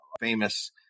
famous